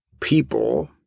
people